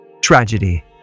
Tragedy